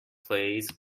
please